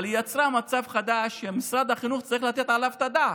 אבל היא יצרה מצב חדש שמשרד החינוך צריך לתת עליו את הדעת: